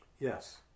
Yes